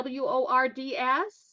w-o-r-d-s